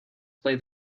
play